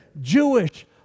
Jewish